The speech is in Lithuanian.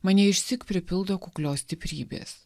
mane išsyk pripildo kuklios stiprybės